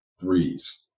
threes